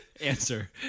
answer